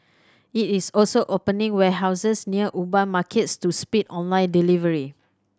it is also opening warehouses near urban markets to speed online delivery